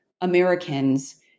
Americans